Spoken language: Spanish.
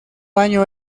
año